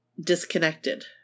disconnected